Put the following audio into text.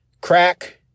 crack